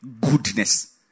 goodness